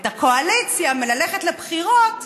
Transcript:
את הקואליציה, מללכת לבחירות,